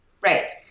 Right